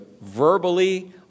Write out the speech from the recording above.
verbally